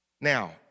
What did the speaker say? Now